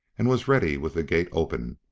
and was ready with the gate open,